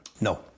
No